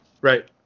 Right